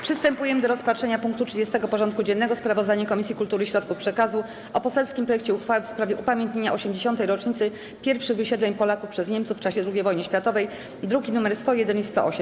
Przystępujemy do rozpatrzenia punktu 30. porządku dziennego: Sprawozdanie Komisji Kultury i Środków Przekazu o poselskim projekcie uchwały w sprawie upamiętnienia 80. rocznicy pierwszych wysiedleń Polaków przez Niemców w czasie II wojny światowej (druki nr 101 i 108)